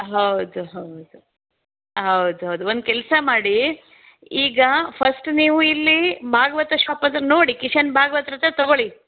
ಹೌದು ಹೌದು ಹೌದು ಹೌದು ಒಂದು ಕೆಲಸ ಮಾಡಿ ಈಗ ಫಸ್ಟ್ ನೀವು ಇಲ್ಲಿ ಭಾಗ್ವತ್ ಶಾಪ್ ಹತ್ರ ನೋಡಿ ಕಿಶನ್ ಭಾಗ್ವತ್ರ ಹತ್ರ ತಗೊಳ್ಳಿ